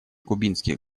кубинских